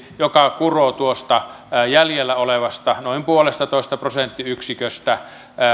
joka kuroo tuosta jäljellä olevasta noin puolestatoista prosenttiyksiköstä